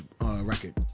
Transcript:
record